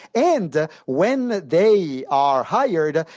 and when they are hired,